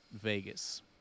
Vegas